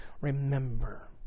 remember